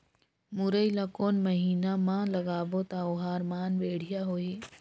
मुरई ला कोन महीना मा लगाबो ता ओहार मान बेडिया होही?